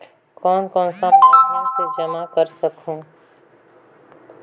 कौन कौन सा माध्यम से जमा कर सखहू?